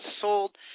sold